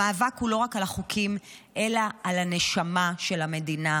המאבק הוא לא רק על החוקים אלא על הנשמה של המדינה,